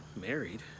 married